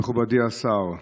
מכובדי השר,